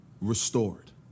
restored